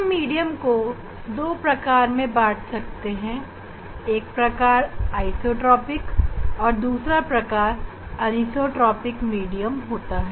हम मीडियम को दो प्रकार में बांट सकते हैं एक प्रकार आइसोट्रॉपिक और दूसरी प्रकार अनीसोट्रॉपिक मीडियम होता है